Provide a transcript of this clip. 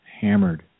hammered